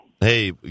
Hey